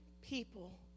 people